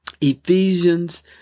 Ephesians